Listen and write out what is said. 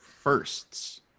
firsts